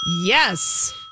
Yes